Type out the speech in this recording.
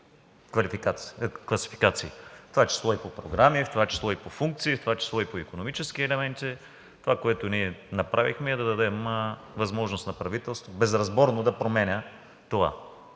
класификации – в това число и по програми, в това число и по функции, в това число и по икономически елементи. Това, което ние направихме, е да дадем възможност на правителството безразборно да променя това.